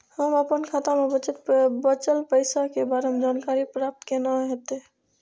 हम अपन खाता में बचल पैसा के बारे में जानकारी प्राप्त केना हैत?